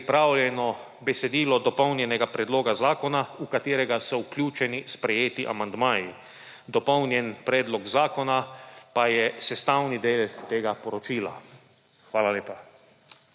pripravljeno besedilo dopolnjenega predloga zakona, v katerega so vključeni sprejeti amandmaji, dopolnjen predlog zakona pa je sestavni del tega poročila. Hvala lepa.